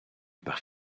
par